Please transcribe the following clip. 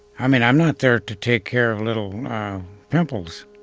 i mean, i'm not there to take care of little pimples.